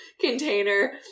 container